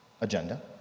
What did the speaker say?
agenda